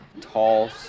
tall